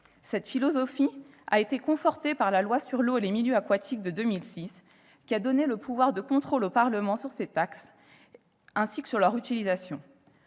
Cette philosophie a été confortée par la loi sur l'eau et les milieux aquatiques de 2006 qui a donné un pouvoir de contrôle au Parlement sur ces taxes, ainsi que sur leur utilisation.